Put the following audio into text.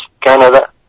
Canada